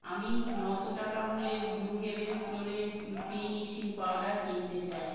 আমি নশো টাকা মূল্যের blue heaven flawless finishing powder কিনতে চাই